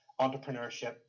entrepreneurship